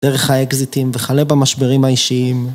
דרך האקזיטים וכלה במשברים האישיים